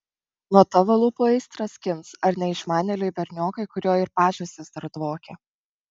nuo tavo lūpų aistrą skins ar neišmanėliui berniokui kurio ir pažastys dar dvokia